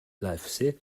livesey